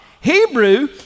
Hebrew